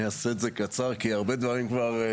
אני אעשה את זה קצר כי הרבה דברים כבר נאמרו.